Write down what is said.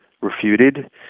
refuted